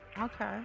Okay